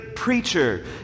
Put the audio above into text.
preacher